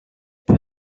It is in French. peut